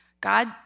God